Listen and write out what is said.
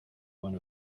one